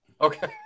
Okay